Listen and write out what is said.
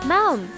Mom